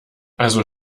also